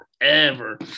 forever